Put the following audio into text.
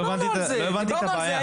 לא הבנתי את הבעיה.